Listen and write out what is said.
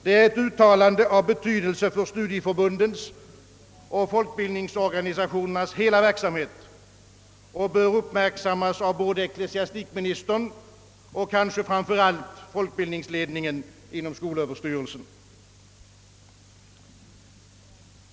Det är ett uttalande av betydelse för studieförbundens och folkbildningsorganisationernas hela verksamhet och bör uppmärksammas av ecklesiastikministern och, kanske framför allt, folkbildningsledningen inom skolöverstyrelsen.